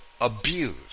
abuse